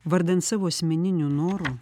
vardan savo asmeninių norų